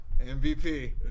MVP